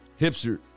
Hipster